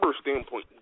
standpoint